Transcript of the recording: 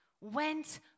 went